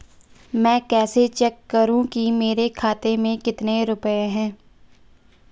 मैं कैसे चेक करूं कि मेरे खाते में कितने रुपए हैं?